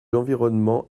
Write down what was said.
l’environnement